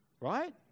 right